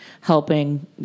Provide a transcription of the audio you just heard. helping